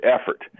effort